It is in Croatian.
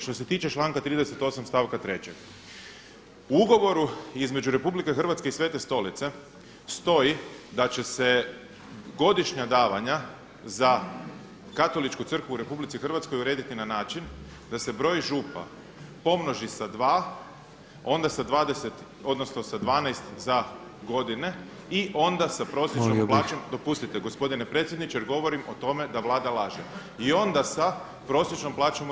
Što se tiče članka 38. stavka 3. u ugovoru između RH i Svete stolice stoji da će se godišnja davanja za Katoličku crkvu u RH urediti na način da se broj Župa pomnoži sa 2 onda sa 20, odnosa sa 12 za godine i onda sa prosječnom plaćom [[Upadica predsjednik: Molio bih.]] dopustite gospodine predsjedniče jer govorim o tome da Vlada laže, i onda sa prosječnom plaćom u RH.